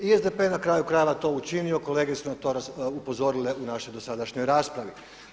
I SDP na kraju krajeva je to učinio, kolege su na to upozorile u našoj dosadašnjoj raspravi.